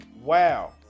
wow